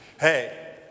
Hey